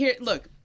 Look